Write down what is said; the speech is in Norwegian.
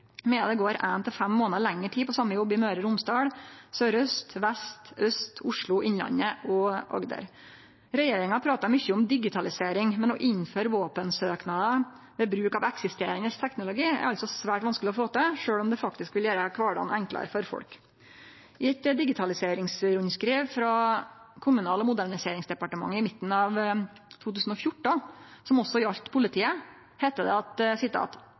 medan det går ein til fem månader lengre tid på same jobb i Møre og Romsdal, Sør-Øst, Vest, Øst, Oslo, Innlandet og Agder. Regjeringa pratar mykje om digitalisering. Men å innføre våpensøknader ved bruk av eksisterande teknologi er altså svært vanskeleg å få til, sjølv om det faktisk vil gjere kvardagen enklare for folk. I eit digitaliseringsrundskriv frå Kommunal- og moderniseringsdepartementet i midten av 2014, som også gjaldt politiet, heiter det: